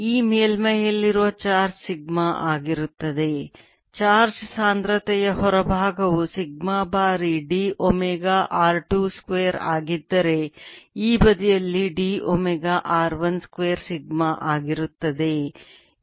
ಈ ಮೇಲ್ಮೈಯಲ್ಲಿರುವ charge sigma ಆಗಿರುತ್ತದೆ ಚಾರ್ಜ್ ಸಾಂದ್ರತೆಯ ಹೊರಭಾಗವು ಸಿಗ್ಮಾ ಬಾರಿ d ಒಮೆಗಾ r 2 ಸ್ಕ್ವೇರ್ ಆಗಿದ್ದರೆ ಈ ಬದಿಯಲ್ಲಿ d omega r 1 square sigma ಆಗಿರುತ್ತದೆ